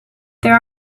there